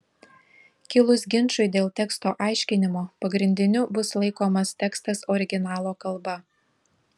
kilus ginčui dėl teksto aiškinimo pagrindiniu bus laikomas tekstas originalo kalba